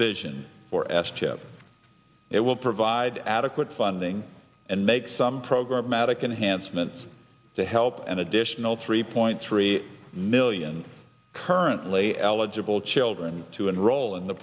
vision for s chip it will provide adequate funding and make some program matic enhanced meant to help an additional three point three million currently eligible children to enroll in the